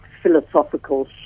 philosophical